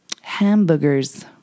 Hamburgers